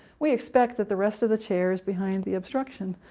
we expect that the rest of the chair is behind the obstruction,